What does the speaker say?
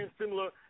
similar